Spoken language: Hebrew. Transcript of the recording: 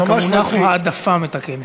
בכלל, המונח הוא העדפה מתקנת.